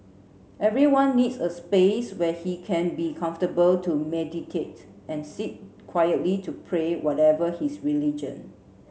everyone needs a space where he can be comfortable to meditate and sit quietly to pray whatever his religion